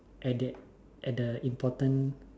at that at the important